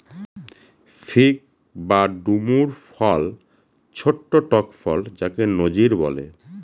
fig বা ডুমুর ফল ছোট্ট টক ফল যাকে নজির বলে